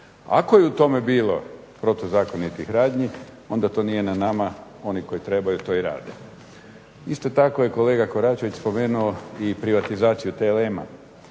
Ako je u tome bilo protuzakonitih radnji onda to nije na nama, oni koji trebaju to i rade. Isto tako je kolega Koračević spomenuo i privatizaciju TLM-a.